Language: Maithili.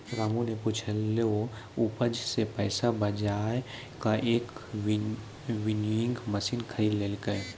रामू नॅ पिछलो उपज सॅ पैसा बजाय कॅ एक विनोइंग मशीन खरीदी लेलकै